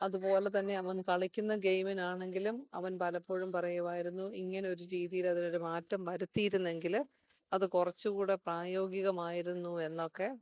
അതുപോലെ തന്നെ അവൻ കളിക്കുന്ന ഗെയിമിനാണെങ്കിലും അവൻ പലപ്പോഴും പറയുവായിരുന്നു ഇങ്ങനൊരു രീതീൽ അതിനൊരു മാറ്റം വരുത്തിയിരുന്നെങ്കില് അത് കുറച്ചുംകൂടെ പ്രായോഗികമായിരുന്നു എന്നൊക്കെ